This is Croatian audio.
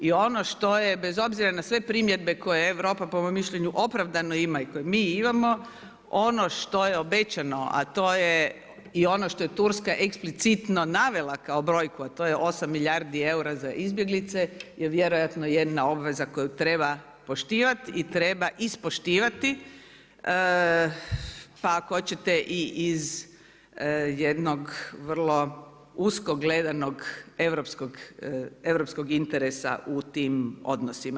I ono što je bez obzira na sve primjedbe koja Europa po mom mišljenju opravdano ima i koje mi imamo, ono što je obećano, a to je i ono što je Turska eksplicitno navela kao brojku, a to je 8 milijardi eura za izbjeglice je vjerojatno jedna obveza koju treba poštivati i treba ispoštivati, pa ako hoćete iz jednog usko gledanog europskog interesa u tim odnosima.